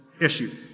issue